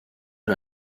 nur